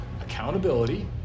accountability